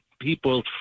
people